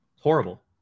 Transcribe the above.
Horrible